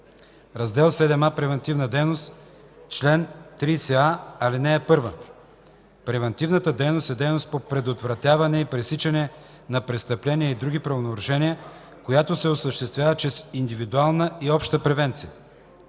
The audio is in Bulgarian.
„Раздел VIIа. Превантивна дейност Чл. 30а. (1) Превантивната дейност е дейност по предотвратяване и пресичане на престъпления и други правонарушения, която се осъществява чрез индивидуална и обща превенция.